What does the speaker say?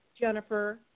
Jennifer